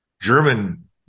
German